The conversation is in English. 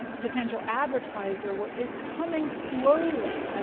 potential advertiser, what is coming slowly,